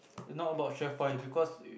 it not about chef fai because you